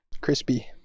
Crispy